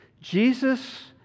Jesus